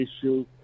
issue